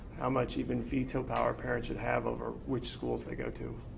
how much even veto power parents should have over which schools they go to?